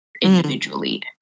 individually